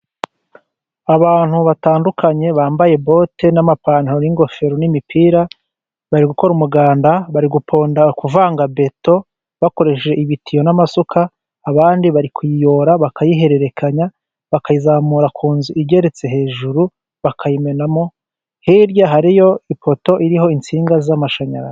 Abantu batandukanye bambaye bote, n'amapantaro, n'ingofero, n'imipira, bari gukora umuganda, bari guponda kuvanga beto bakoresheje ibitiyo n'amasuka, abandi bari kuyiyora bakayihererekanya, bakayizamura ku nzu igeretse hejuru bakayimenamo, hirya hariyo ipoto iriho insinga z'amashanyarazi.